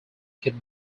could